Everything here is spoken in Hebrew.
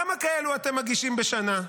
כמה כאלו אתם מגישים בשנה?